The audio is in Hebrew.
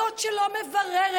זאת שלא מבררת,